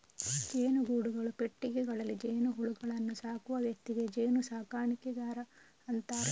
ಜೇನುಗೂಡುಗಳು, ಪೆಟ್ಟಿಗೆಗಳಲ್ಲಿ ಜೇನುಹುಳುಗಳನ್ನ ಸಾಕುವ ವ್ಯಕ್ತಿಗೆ ಜೇನು ಸಾಕಣೆಗಾರ ಅಂತಾರೆ